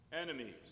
Enemies